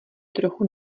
trochu